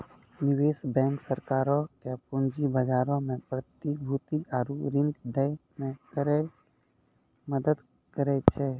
निवेश बैंक सरकारो के पूंजी बजारो मे प्रतिभूति आरु ऋण दै मे करै मदद करै छै